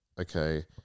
okay